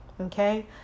Okay